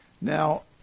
Now